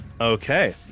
Okay